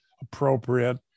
appropriate